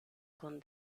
con